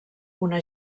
una